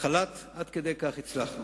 עד כדי כך הצלחנו.